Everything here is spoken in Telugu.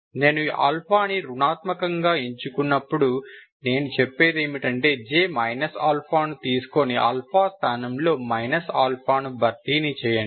నేను ని రుణాత్మకం గా ఎంచుకున్నప్పటికీ నేను చెప్పేది ఏమిటంటే J α ని తీసుకొని స్థానంలో ని భర్తీ చేయండి